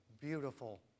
beautiful